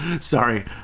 Sorry